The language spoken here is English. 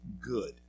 good